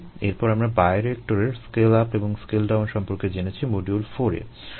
এরপর আমরা বায়োরিয়েক্টরের স্কেল আপ এবং স্কেল ডাউন সম্পর্কে জেনেছি মডিউল 4 এ